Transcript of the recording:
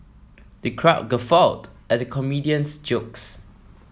the crowd guffawed at the comedian's jokes